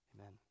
Amen